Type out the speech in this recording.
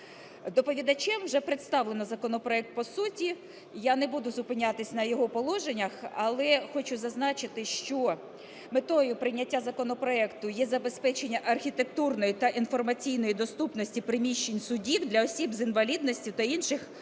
Доповідачем вже представлено законопроект по суті, я не буду зупинятись на його положеннях. Але хочу зазначити, що метою прийняття законопроекту є забезпечення архітектурної та інформаційної доступності приміщень судів для осіб з інвалідністю та інших